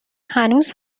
هنوز